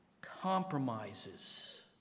compromises